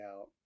out